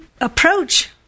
approach